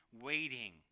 waiting